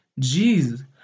Jeez